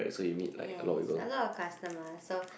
yes a lot of customer so